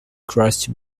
crusty